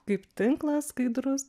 kaip tinklas skaidrus